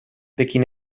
pekin